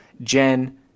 Jen